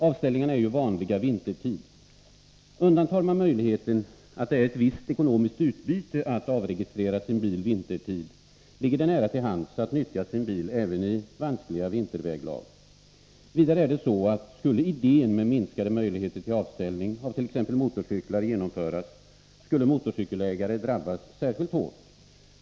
Avställningarna är ju vanliga vintertid. Undantas möjligheten att få ett visst ekonomiskt utbyte av att avregistrera sin bil vintertid, ligger det nära till hands att man nyttjar sin bil även i vanskliga vinterväglag. Vidare är det så, att skulle idén med minskade möjligheter till avställning av t.ex. motorcyklar genomföras skulle motorcykelägare drabbas särskilt hårt.